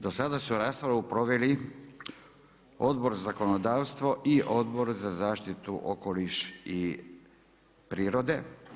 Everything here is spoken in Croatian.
Do sada su raspravu proveli Odbor za zakonodavstvo i Odbor za zaštitu okoliša i prirode.